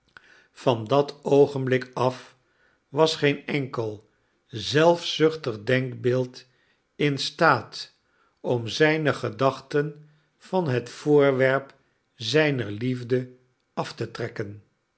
van dat oogenblik af was geen enkel zelfzuchtig denkbeeld in staat om zijne gedachten van het voorwerp zijner liefde af te trekken